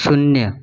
शून्य